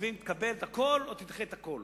מצביעים לקבל הכול או לדחות הכול.